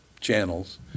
channels